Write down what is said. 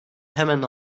hemen